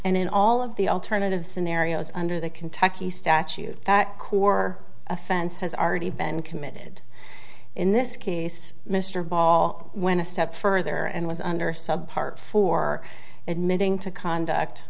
in all of the alternative scenarios under the kentucky statute that couper offense has already been committed in this case mr ball when a step further and was under sub par for admitting to conduct